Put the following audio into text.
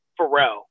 Pharrell